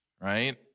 right